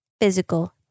physical